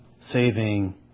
saving